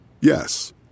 Yes